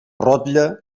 rotlle